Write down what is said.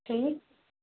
ٹھیٖک